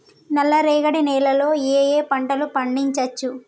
నల్లరేగడి నేల లో ఏ ఏ పంట లు పండించచ్చు?